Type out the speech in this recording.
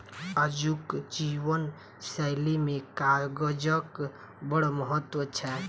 आजुक जीवन शैली मे कागजक बड़ महत्व छै